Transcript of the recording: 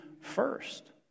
first